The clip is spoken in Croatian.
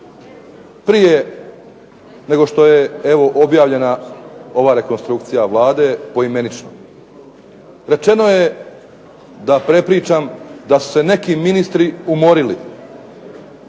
prije nego što je evo objavljena ova rekonstrukcija Vlade poimenično. Rečeno je, da prepričam, da su se neki ministri umorili.